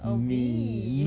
oh mee